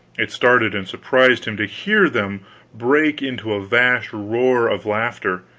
it startled and surprised him to hear them break into a vast roar of laughter.